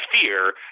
fear